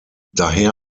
daher